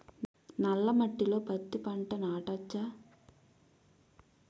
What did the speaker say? నల్ల మట్టిలో పత్తి పంట నాటచ్చా?